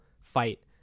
fight